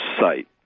site